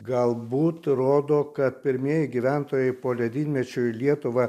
galbūt rodo kad pirmieji gyventojai po ledynmečio į lietuvą